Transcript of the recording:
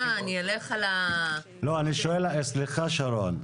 סליחה שרון.